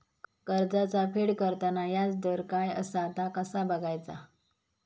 कर्जाचा फेड करताना याजदर काय असा ता कसा बगायचा?